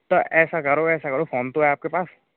तो ऐसा करो ऐसा करो फोन तो है आपके पास